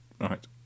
Right